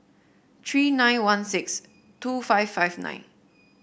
three nine one six two five five nine